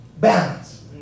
Balance